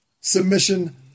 Submission